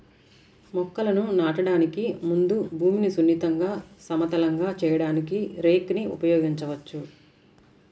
మొక్కలను నాటడానికి ముందు భూమిని సున్నితంగా, సమతలంగా చేయడానికి రేక్ ని ఉపయోగించవచ్చు